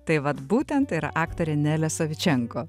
tai vat būtent tai yra aktorė nelė savičenko